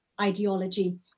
ideology